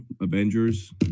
Avengers